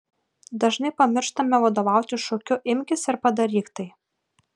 dažnai pamirštame vadovautis šūkiu imkis ir padaryk tai